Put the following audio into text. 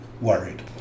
worried